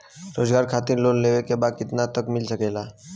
रोजगार खातिर लोन लेवेके बा कितना तक मिल सकेला?